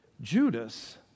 Judas